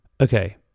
Okay